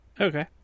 Okay